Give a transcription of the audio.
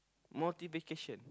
motivation